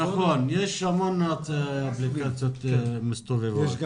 נכון, יש המון אפליקציות שמסתובבות.